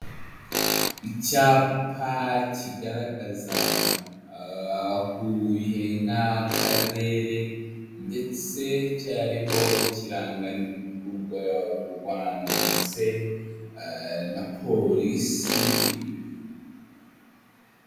Icyapa kigaragaza Huye nk'akarere ndetse cyariho ikiranga urwa u Rwanda ndetse na polisi.